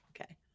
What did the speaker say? Okay